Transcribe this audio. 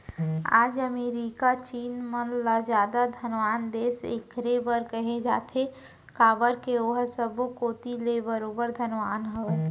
आज अमेरिका चीन मन ल जादा धनवान देस एकरे बर कहे जाथे काबर के ओहा सब्बो कोती ले बरोबर धनवान हवय